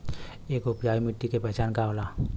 एक उपजाऊ मिट्टी के पहचान का होला?